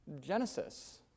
Genesis